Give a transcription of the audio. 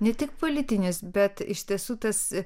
ne tik politinis bet iš tiesų tas